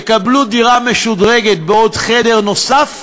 יקבלו דירה משודרגת בחדר נוסף,